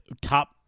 top